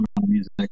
music